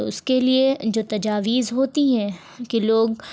تو اس کے لیے جو تجاویز ہوتی ہیں کہ لوگ